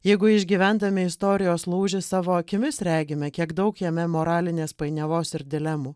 jeigu išgyvendami istorijos lūžį savo akimis regime kiek daug jame moralinės painiavos ir dilemų